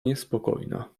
niespokojna